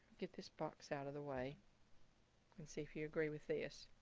get this box out of the way and see if you you agree with this.